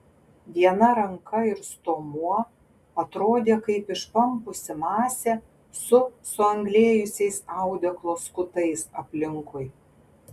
viena ranka ir stuomuo atrodė kaip išpampusi masė su suanglėjusiais audeklo skutais aplinkui